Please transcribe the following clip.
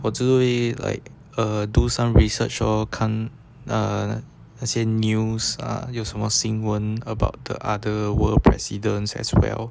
我就会 like uh do some research loh 看那些那些 news ah 有什么新闻 about the other world presidents as well